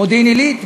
מודיעין-עילית,